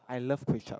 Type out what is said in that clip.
I love kway-zhap